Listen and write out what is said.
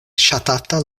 ŝatata